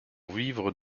vivre